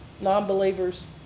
non-believers